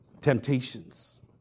temptations